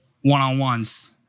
one-on-ones